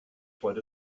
freut